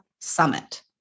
summit